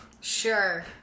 Sure